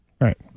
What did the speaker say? Right